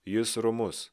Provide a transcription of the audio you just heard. jis romus